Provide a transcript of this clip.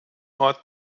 orte